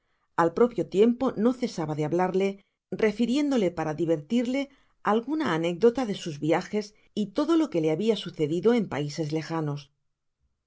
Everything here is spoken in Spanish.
al propio tiempo no cesaba de hablarle refiriéndole pata divéttfríe alguna anecdota de sus viajes y todo lo que le habia sucedido en paises lejanos